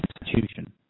institution